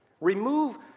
Remove